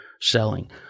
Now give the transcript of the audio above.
selling